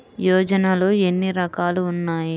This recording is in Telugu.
యోజనలో ఏన్ని రకాలు ఉన్నాయి?